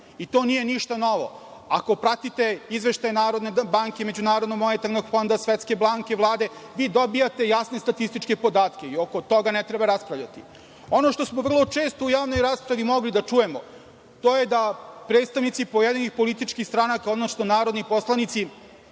i to nije ništa novo. Ako pratite izveštaje Narodne banke, MMF-a, Svetske banke, Vlade, vi dobijate jasne statističke podatke i oko toga ne treba raspravljati. Ono što smo vrlo često u javnoj raspravi mogli da čujemo, to je da predstavnici pojedinih političkih stranaka, odnosno narodni poslanici,